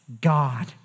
God